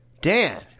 Dan